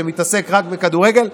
שמתעסק רק בכדורגל.